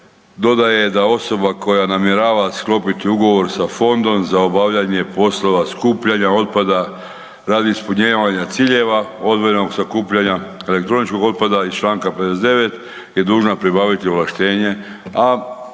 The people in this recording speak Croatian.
dodaje da osoba koja namjerava sklopiti ugovor sa fondom za obavljanje poslova skupljanja otpada radi ispunjavanja ciljeva odvojenog sakupljanja elektroničkog otpada iz Članka 59. je dužna pribaviti ovlaštenje,